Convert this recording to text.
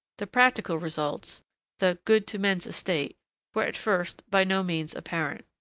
the practical results the good to men's estate' were, at first, by no means apparent.